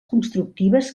constructives